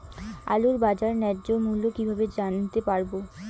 আলুর বাজার ন্যায্য মূল্য কিভাবে জানতে পারবো?